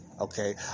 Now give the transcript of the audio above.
okay